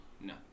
No